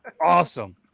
awesome